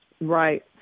Right